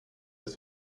ist